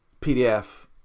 PDF